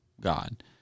God